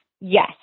yes